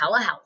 telehealth